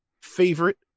Favorite